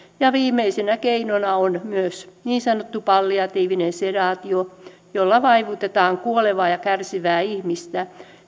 viimeisenä keinona on myös niin sanottu palliatiivinen sedaatio jolla vaivutetaan kuolevaa ja kärsivää ihmistä